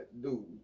dude